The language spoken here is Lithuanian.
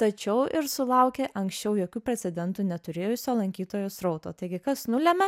tačiau ir sulaukė anksčiau jokių precedentų neturėjusio lankytojų srauto taigi kas nulemia